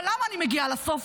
אבל למה אני מגיעה לסוף?